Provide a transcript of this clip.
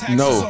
no